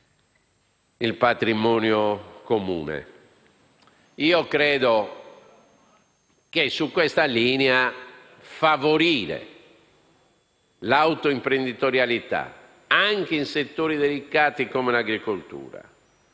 il patrimonio comune. Io credo che su questa linea favorire l'autoimprenditorialità, anche in settori delicati come l'agricoltura,